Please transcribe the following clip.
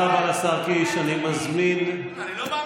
אני לא מאמין